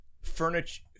furniture